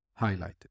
highlighted